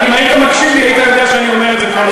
אם היית מקשיב לי היית יודע שאני אומר את זה כבר מזמן.